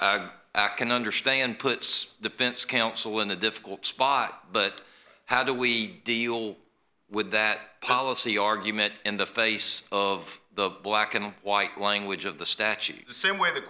i can understand puts defense counsel in a difficult spot but how do we deal with that policy argument in the face of the black and white language of the statute the same way the